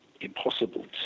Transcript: impossible